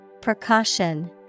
Precaution